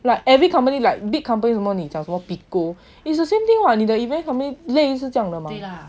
like every company like big companies 什么你讲什么 Pico it's the same thing what 你的 event something 类似就是这样得吗